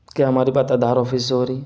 کیا ہماری بات آدھار آفس سے ہو رہی ہے